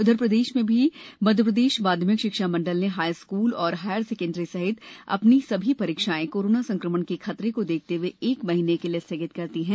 उधर प्रदेश में भी मप्र माध्यमिक शिक्षा मंडल ने हाई स्कूल और हायर सेकंडरी सहित अपनी सभी परीक्षाएं कोरोना संक्रमण के खतरे को देखते हुए एक महीने के लिए स्थगित कर दी हैं